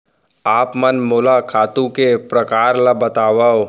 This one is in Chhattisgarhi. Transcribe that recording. आप मन मोला खातू के प्रकार ल बतावव?